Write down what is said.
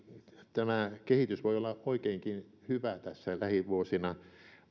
tämä kehitys voi olla oikeinkin hyvä tässä lähivuosina myöskin